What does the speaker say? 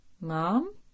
Mom